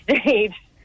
stage